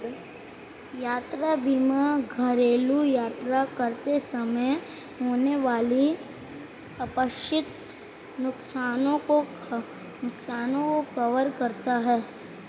यात्रा बीमा घरेलू यात्रा करते समय होने वाले अप्रत्याशित नुकसान को कवर करता है